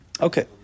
Okay